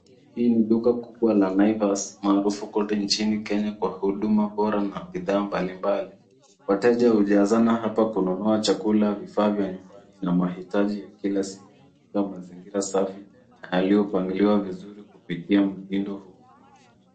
Hii ni duka kubwa la Naivas maarufu kote nchini Kenya kwa huduma bora na bidhaa mbali mbali. Wateja hujazana hapa kununua chakula, vifaa vya nyumbani na mahitaji ya kila siku katika mazingira safi na yaliyoangiliwa vizuri kupitia mtindo huu.